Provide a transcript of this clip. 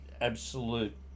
absolute